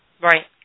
right